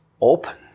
open